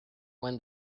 when